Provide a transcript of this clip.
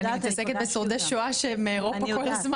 אבל אני מתעסקת בשורדי שואה שהם מאירופה,